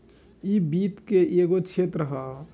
इ वित्त के एगो क्षेत्र ह